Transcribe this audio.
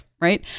Right